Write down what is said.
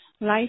life